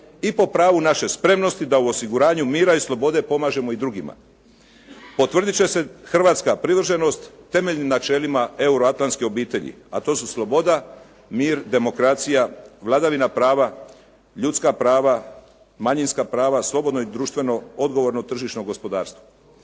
i po pravu naše spremnosti da u osiguranju mira i slobode pomažemo i drugima. Potvrdit će se hrvatska privrženost temeljnim načelima euroatlantske obitelji, a to su sloboda, mir, demokracija, vladavina prava, ljudska prava, manjinska prava, slobodno i društveno odgovorno tržišno gospodarstvo.